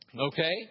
Okay